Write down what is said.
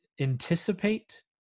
anticipate